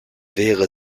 wäre